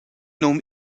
num